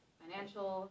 financial